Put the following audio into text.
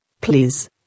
please